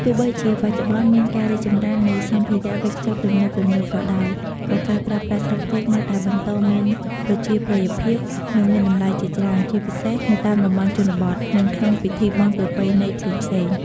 ទោះបីជាបច្ចុប្បន្នមានការរីកចម្រើននៃសម្ភារៈវេចខ្ចប់ទំនើបៗក៏ដោយ ក៏ការប្រើប្រាស់ស្លឹកចេកនៅតែបន្តមានប្រជាប្រិយភាព និងមានតម្លៃជាច្រើន ជាពិសេសនៅតាមតំបន់ជនបទ និងក្នុងពិធីបុណ្យប្រពៃណីផ្សេងៗ។